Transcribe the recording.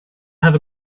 have